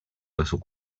little